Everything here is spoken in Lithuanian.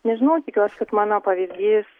nežinau tikiuos kad mano pavyzdys